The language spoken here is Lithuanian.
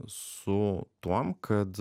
su tuom kad